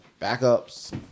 backups